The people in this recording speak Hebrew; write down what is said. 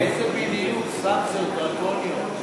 איזה סנקציות דרקוניות בדיוק?